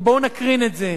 ובואו נקרין את זה.